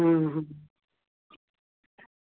और इस पर गेम वह मारता है ना बच्चों वाला